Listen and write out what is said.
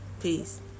Peace